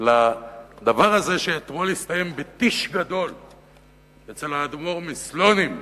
לדבר הזה שאתמול הסתיים ב"טיש" גדול אצל האדמו"ר מסלונים,